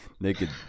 naked